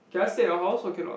can I stay at your house or cannot